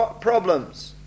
problems